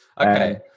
Okay